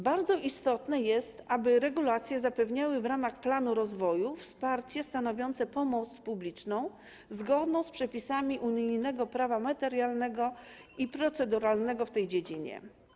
Bardzo istotne jest, aby regulacje zapewniały w ramach planu rozwoju wsparcie stanowiące pomoc publiczną zgodną z przepisami unijnego prawa materialnego i proceduralnego w tej dziedzinie.